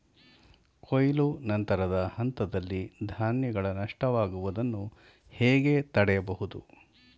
ಕೊಯ್ಲು ನಂತರದ ಹಂತದಲ್ಲಿ ಧಾನ್ಯಗಳ ನಷ್ಟವಾಗುವುದನ್ನು ಹೇಗೆ ತಡೆಯಬಹುದು?